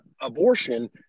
abortion